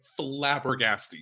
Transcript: flabbergasting